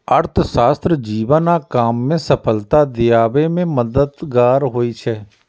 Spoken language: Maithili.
अर्थशास्त्र जीवन आ काम कें सफलता दियाबे मे मददगार होइ छै